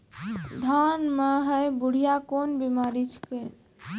धान म है बुढ़िया कोन बिमारी छेकै?